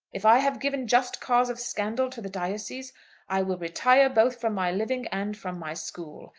if i have given just cause of scandal to the diocese i will retire both from my living and from my school.